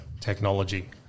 technology